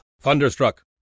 Thunderstruck